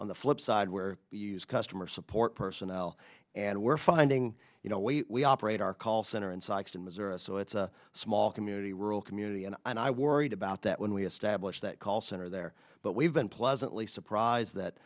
on the flip side where we use customer support personnel and we're finding you know we operate our call center in sikeston missouri so it's a small community rural community and i worried about that when we established that call center there but we've been pleasantly surprised that